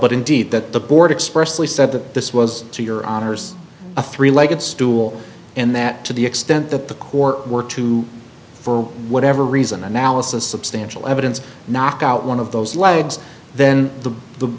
but indeed that the board expressly said that this was to your honor's a three legged stool and that to the extent that the court were to for whatever reason analysis substantial evidence knock out one of those loads then the the